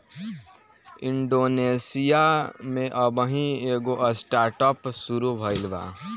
Indonesia में अबही एगो स्टार्टअप शुरू भईल बा